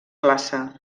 classe